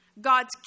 God's